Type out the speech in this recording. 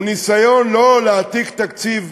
זה ניסיון לא להעתיק תקציב,